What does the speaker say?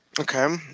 Okay